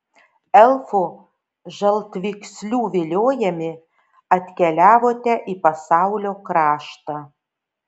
elfų žaltvykslių viliojami atkeliavote į pasaulio kraštą